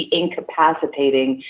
incapacitating